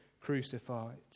crucified